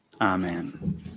Amen